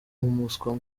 umuswa